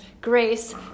grace